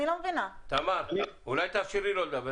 אני גם אשמח אם השרה תוכל להקשיב לי או לתת מענה.